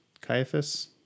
Caiaphas